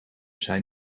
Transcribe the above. zijn